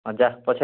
ହଁ ଯା ପଛେ